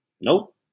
Nope